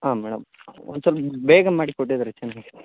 ಹಾಂ ಮೇಡಮ್ ಒಂದ್ ಸಲ ಬೇಗ ಮಾಡಿ ಕೊಟ್ಟಿದ್ದರೆ ಚೆನ್ನಾಗಿ